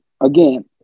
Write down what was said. again